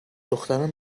دخترم